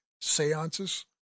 seances